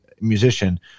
musician